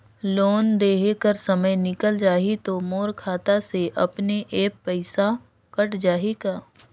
Loan देहे कर समय निकल जाही तो मोर खाता से अपने एप्प पइसा कट जाही का?